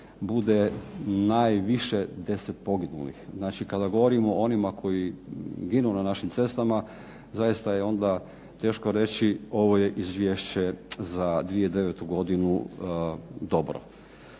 bude najviše 10 poginulih. Znači, kada govorimo o onima koji ginu na našim cestama zaista je onda teško reći ovo je izvješće za 2009. godinu dobro,